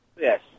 Yes